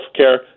healthcare